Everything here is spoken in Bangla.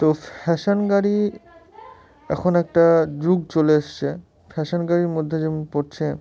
তো ফ্যাশান গাড়ি এখন একটা যুগ চলে এসছে ফ্যাশান গাড়ির মধ্যে যেমন পড়ছে